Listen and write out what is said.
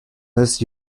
this